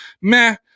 meh